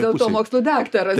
dėl to mokslų daktaras